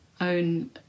own